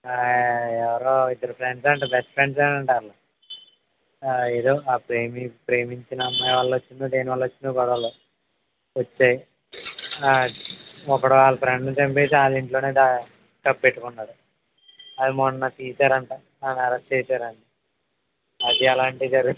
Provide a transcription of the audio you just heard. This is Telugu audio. ఎవరో ఇద్దరు ఫ్రెండ్స్ అంట బెస్ట్ ఫ్రెండ్సేనంట వాళ్ళు ఏదో ప్రేమించుకున్న అమ్మాయి వాళ్ళ వచ్చిందో దేని వాళ్ళ వచ్చిందో గొడవలు వచ్చాయి ఒకడు వాడి ఫ్రెండ్ని చంపేసి వాళ్ళ ఇంట్లోనే కప్పెట్టుకున్నాడు అది మొన్న తీశారంట వాణ్ణి అరెస్ట్ చేసారంట అది ఆలా జరుగుతుంటది